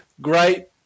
great